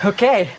Okay